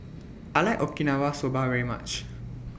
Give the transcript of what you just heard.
I like Okinawa Soba very much